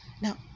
Now